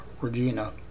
Regina